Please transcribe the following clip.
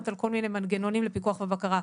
על כל מיני מנגנונים לפיקוח ובקרה.